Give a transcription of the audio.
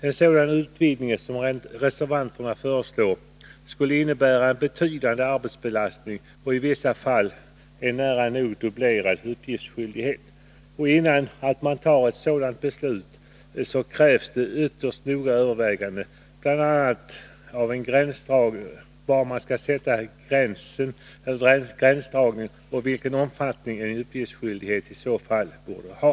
En sådan utvidgning, som reservanterna föreslår, skulle innebära en betydande arbetsbelastning och i vissa fall en nära nog dubblerad uppgiftsskyldighet. Innan man fattar ett sådant beslut krävs det ytterst noggranna överväganden, bl.a. av var man skall sätta gränsen och vilken omfattning uppgiftsskyldigheten i så fall skall ha.